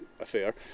affair